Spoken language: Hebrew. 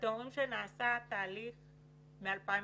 ואתם אומרים שנעשה תהליך מ-2014.